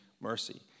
mercy